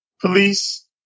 Police